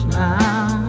now